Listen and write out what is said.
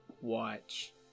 watch